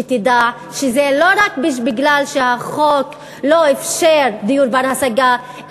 שתדע שזה לא רק בגלל שהחוק לא אפשר דיור בר-השגה,